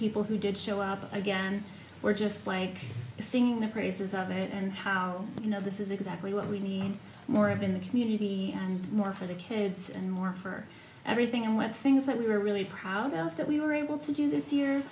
people who did show up again were just like singing the praises of it and how you know this is exactly what we need more of in the community and more for the kids and more for everything and with things that we were really proud of that we were able to do this year